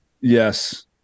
Yes